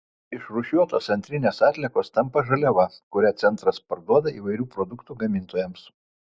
išrūšiuotos antrinės atliekos tampa žaliava kurią centras parduoda įvairių produktų gamintojams